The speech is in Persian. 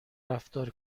رفتار